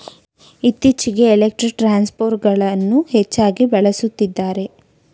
ಇತ್ತೀಚೆಗೆ ಎಲೆಕ್ಟ್ರಿಕ್ ಟ್ರಾನ್ಸ್ಫರ್ಗಳನ್ನು ಹೆಚ್ಚಾಗಿ ಬಳಸುತ್ತಿದ್ದಾರೆ